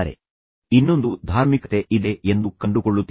ತದನಂತರ ನೀವು ಇನ್ನೊಂದು ಧಾರ್ಮಿಕತೆ ಇದೆ ಎಂದು ಕಂಡುಕೊಳ್ಳುತ್ತೀರಿ